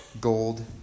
gold